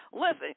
Listen